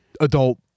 adult